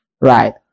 Right